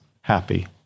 happy